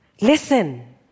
Listen